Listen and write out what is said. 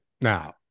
now